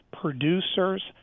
producers